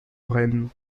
rennes